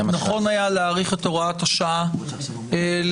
נכון היה להאריך את הוראת השעה לטווח